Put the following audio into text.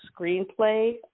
screenplay